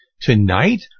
Tonight